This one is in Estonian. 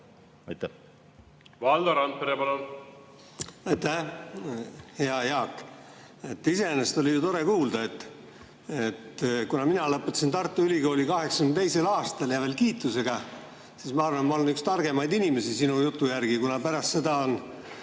palun! Valdo Randpere, palun! Aitäh! Hea Jaak! Iseenesest oli tore kuulda. Kuna mina lõpetasin Tartu Ülikooli 1982. aastal ja veel kiitusega, siis ma arvan, et ma olen üks targemaid inimesi sinu jutu järgi, kuna pärast seda on